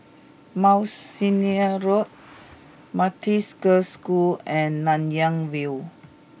Mount Sinai Road Methodist Girls' School and Nanyang View